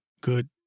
good